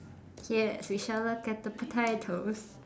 yes we shall look at the potatoes